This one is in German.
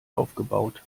aufgebaut